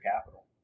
capital